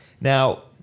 Now